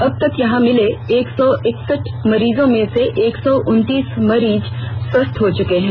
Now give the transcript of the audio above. अब तक यहां मिले एक सौ एकसठ मरीजों में से एक सौ उनतीस मरीज स्वस्थ हो चके हैं